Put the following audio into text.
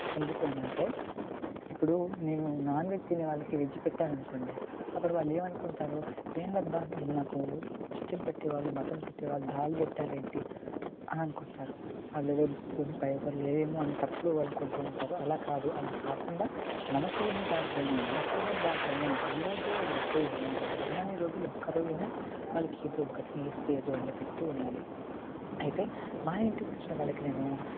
ఎందుకు అని అంటే ఇప్పుడు మేము నాన్ వెజ్ తినేవాళ్ళకి వెజ్ పెట్టారు అనుకోండి అప్పుడు వాళ్ళు ఏమనుకుంటారు ఏందబ్బా వీళ్ళు నాకు చికెన్ పెట్టే వాళ్ళు మటన్ పెట్టే వాళ్ళు దాల్ పెట్టారు ఏంటి అని అనుకుంటారు వాళ్ళ దగ్గర ఏమో పైసలు లేవమో అని తప్పుడు అనుకుంటూ ఉంటారు అలా కాదు అలా కాకుండా మనకి ఉన్నదాంట్లోనే మన సొమ్ము ఉన్న దాంట్లోనే ఈరోజు రేపు ఎల్లుండి వాళ్ళు ఉన్నన్ని రోజులు ఒక్కరోజు అయినా వాళ్ళకి ఏదో ఒక్కటి నీస్ అటువంటిది వండి పెడుతు ఉండాలి అయితే మా ఇంటికి వచ్చిన వాళ్ళకి నేను